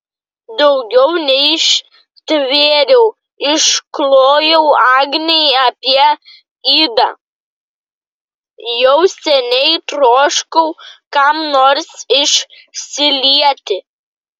daugiau neištvėriau išklojau agnei apie idą jau seniai troškau kam nors išsilieti